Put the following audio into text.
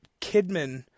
Kidman